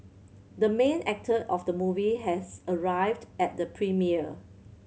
the main actor of the movie has arrived at the premiere